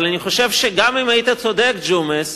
אבל אני חושב שגם אם היית צודק, ג'ומס,